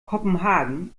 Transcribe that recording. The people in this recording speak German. kopenhagen